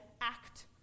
act